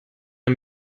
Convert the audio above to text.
der